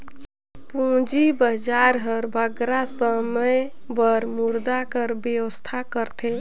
पूंजी बजार हर बगरा समे बर मुद्रा कर बेवस्था करथे